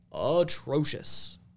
atrocious